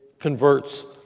converts